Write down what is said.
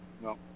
No